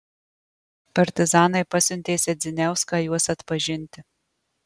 partizanai pasiuntė sedziniauską juos atpažinti